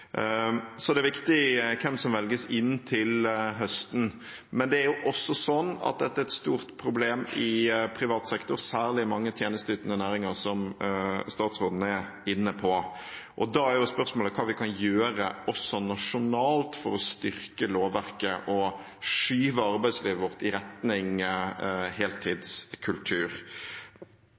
Så det er viktig hvem som velges inn til høsten. Men dette er også et stort problem i privat sektor, særlig i mange tjenesteytende næringer, som statsråden er inne på. Da er spørsmålet hva vi kan gjøre også nasjonalt for å styrke lovverket og skyve arbeidslivet vårt i retning heltidskultur.